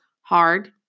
hard